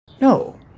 no